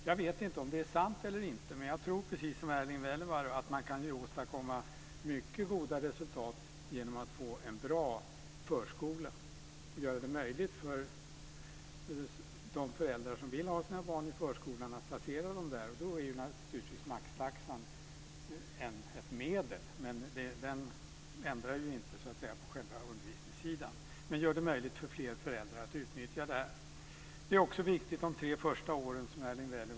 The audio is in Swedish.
Jag vet inte om det är sant eller inte, men jag tror, precis som Erling Wälivaara, att man kan åstadkomma mycket goda resultat genom en bra förskola och genom att göra det möjligt för de föräldrar som vill ha sina barn i förskolan att placera dem där. Då är naturligtvis maxtaxan ett medel, men den ändrar ju ingenting på undervisningssidan. Maxtaxan gör det möjligt för fler föräldrar att utnyttja förskolan. Det är riktigt som Erling Wälivaara säger, att de tre första åren är viktiga.